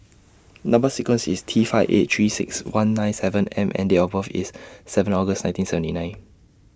Number sequence IS T five eight three six one nine seven M and Date of birth IS seven August nineteen seventy nine